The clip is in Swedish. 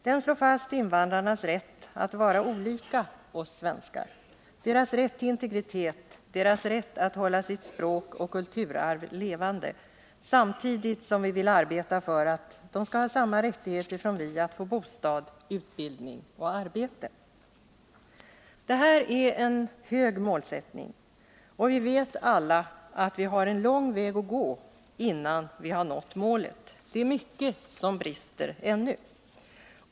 Den slår fast invandrarnas rätt att vara olika oss svenskar, deras rätt till integritet, deras rätt att hålla sitt språk och sitt kulturarv levande, samtidigt som vi vill arbeta för att de skall ha samma rättigheter som vi att få bostad, utbildning och arbete. Det här är en hög målsättning, och vi vet alla att vi har en lång väg att gå innan vi har nått målet. Det är mycket som brister ännu.